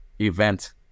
event